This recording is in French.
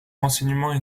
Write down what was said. renseignements